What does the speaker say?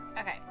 Okay